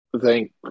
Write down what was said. Thank